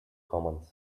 command